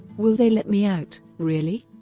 will they let me out, really.